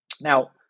Now